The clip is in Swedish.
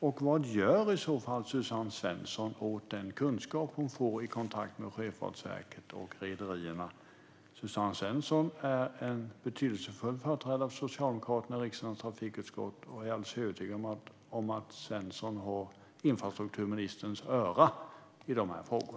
Och vad gör i så fall Suzanne Svensson åt den kunskap hon får i kontakt med Sjöfartsverket och rederierna? Suzanne Svensson är en betydelsefull företrädare för Socialdemokraterna i riksdagens trafikutskott, och jag är alldeles övertygad om att hon har infrastrukturministerns öra i dessa frågor.